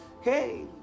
Hey